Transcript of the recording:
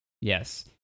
Yes